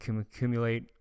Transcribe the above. accumulate